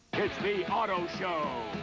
it's the otto show!